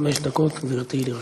חמש דקות, גברתי, לרשותך.